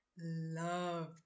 love